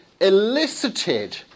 elicited